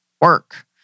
work